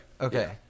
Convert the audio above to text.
Okay